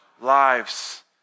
lives